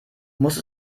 muss